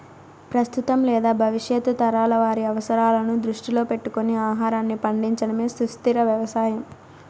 ప్రస్తుతం లేదా భవిష్యత్తు తరాల వారి అవసరాలను దృష్టిలో పెట్టుకొని ఆహారాన్ని పండించడమే సుస్థిర వ్యవసాయం